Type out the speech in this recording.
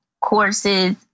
courses